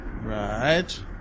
Right